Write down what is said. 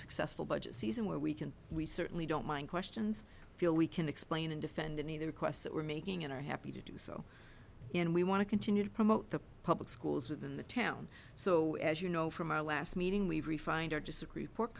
successful budget season where we can we certainly don't mind questions feel we can explain and defend any of the requests that we're making and are happy to do so and we want to continue to promote the public schools within the town so as you know from our last meeting we've refined artistic report